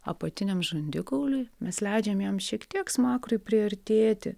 apatiniam žandikauliui mes leidžiam jam šiek tiek smakrui priartėti